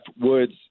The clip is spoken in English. Woods